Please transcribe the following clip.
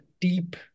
deep